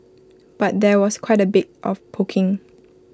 but there was quite A bit of poking